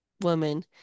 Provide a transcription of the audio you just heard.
woman